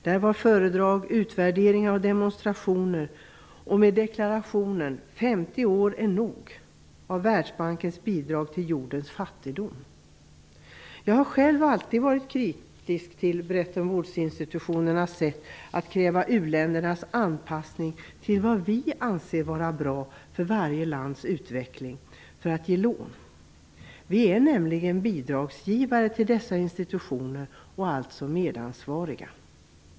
Där pågick föredrag, utvärderingar och demonstrationer med deklarationen: 50 år är nog av Världsbankens bidrag till jordens fattigdom. Jag har själv alltid varit kritisk till Bretton Woodsinstitutionernas sätt att som en förutsättning för lån kräva u-ländernas anpassning till vad vi anser vara bra för varje lands utveckling. Vi är nämligen bidragsgivare till dessa institutioner och därmed medansvariga.